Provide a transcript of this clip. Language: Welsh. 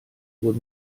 fod